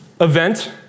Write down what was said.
event